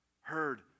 heard